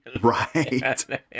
right